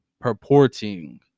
purporting